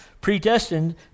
predestined